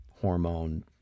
hormone